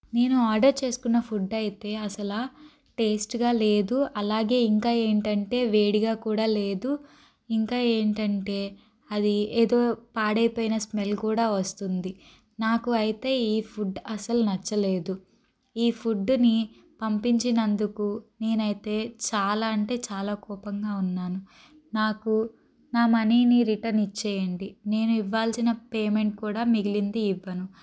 నేను ఆర్డర్ చేసుకున్న ఫుడ్ అయితే అసలు టేస్ట్గా లేదు అలాగే ఇంకా ఏంటంటే వేడిగా కూడా లేదు ఇంకా ఏంటంటే అది ఏదో పాడైపోయిన స్మెల్ కూడా వస్తుంది నాకు అయితే ఈ ఫుడ్ అసలు నచ్చలేదు ఈ ఫుడ్డుని పంపించినందుకు నేనైతే చాలా అంటే చాలా కోపంగా ఉన్నాను నాకు నా మనీని రిటర్న్ ఇచ్చేయండి నేను ఇవ్వాల్సిన పేమెంట్ కూడా మిగిలింది ఇవ్వను